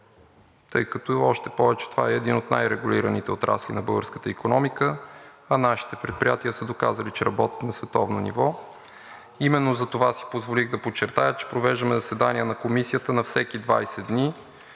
тъй като още повече това е един от най-регулираните отрасли на българската икономика, а нашите предприятия са доказали, че работят на световно ниво. Именно затова си позволих да подчертая, че провеждаме заседание на комисията на всеки 20 дни,